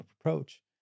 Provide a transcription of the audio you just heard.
approach